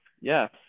Yes